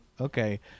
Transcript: okay